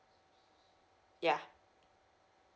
ya